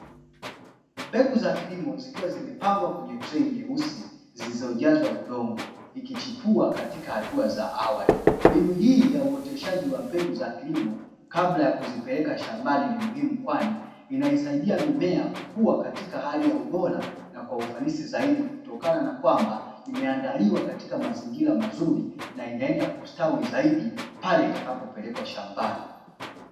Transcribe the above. Mbegu za kilimo zikiwa zimepangwa kwenye trei nyeusi zilizojazwa udongo, ikichipua katika hatua za awali. Mbinu hii ya uoteshaji wa mbegu za kilimo kabla ya kuzipeleka shambani ni muhimu kwani inaisaidia mimea kukua katika hali ya ubora na kwa ufanisi zaidi, kutokana na kwamba imeandaliwa katika mazingira mazuri na inaenda kustawi zaidi pale itakapopelekwa shambani.